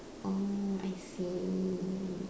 orh I see